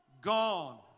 Gone